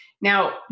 Now